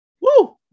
Woo